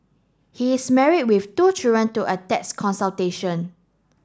he is married with two children to a tax consultation